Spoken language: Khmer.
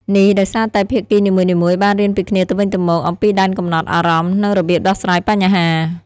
នេះដោយសារតែភាគីនីមួយៗបានរៀនពីគ្នាទៅវិញទៅមក អំពីដែនកំណត់ អារម្មណ៍ និងរបៀបដោះស្រាយបញ្ហា។